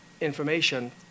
information